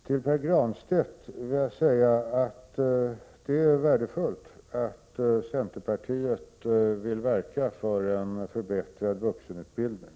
Till Pär Granstedt vill jag säga att det är värdefullt att centerpartiet vill verka för en förbättrad vuxenutbildning.